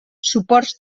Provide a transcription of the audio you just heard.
suports